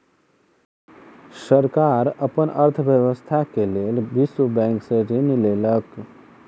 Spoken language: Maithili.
सरकार अपन अर्थव्यवस्था के लेल विश्व बैंक से ऋण लेलक